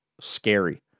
scary